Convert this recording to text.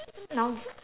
now